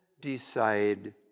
decide